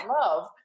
love